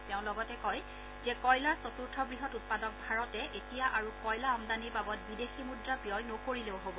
তেওঁ লগতে কয় যে কয়লাৰ চতুৰ্থ বৃহৎ উৎপাদক ভাৰতে এতিয়া আৰু কয়লা আমদানিৰ বাবদ বিদেশী মুদ্ৰা ব্যয় নকৰিলেও হ'ব